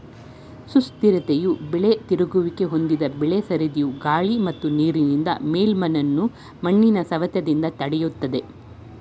ಸುಸ್ಥಿರತೆಯು ಬೆಳೆ ತಿರುಗುವಿಕೆ ಹೊಂದಿದ್ದು ಬೆಳೆ ಸರದಿಯು ಗಾಳಿ ಮತ್ತು ನೀರಿನಿಂದ ಮೇಲ್ಮಣ್ಣನ್ನು ಮಣ್ಣಿನ ಸವೆತದಿಂದ ತಡಿತದೆ